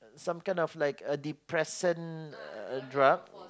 some kind of like a depressant uh drug